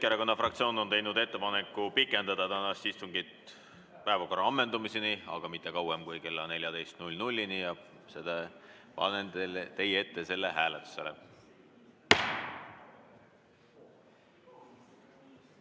Keskerakonna fraktsioon on teinud ettepaneku pikendada tänast istungit päevakorra ammendumiseni, aga mitte kauem kui kella 14‑ni. Panen selle teie ette hääletusele.